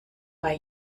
bei